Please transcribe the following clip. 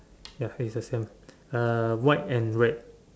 ya is the same uh white and red